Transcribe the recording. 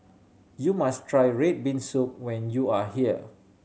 you must try red bean soup when you are here